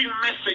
message